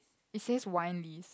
it says wine lees